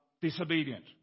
Disobedient